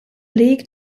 league